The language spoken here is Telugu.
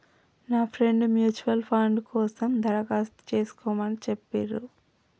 నా ఫ్రెండు ముచ్యుయల్ ఫండ్ కోసం దరఖాస్తు చేస్కోమని చెప్పిర్రు